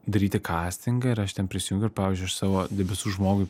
daryti kastingą ir aš ten prisijungiau ir pavyzdžiui aš savo debesų žmogui